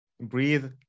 breathe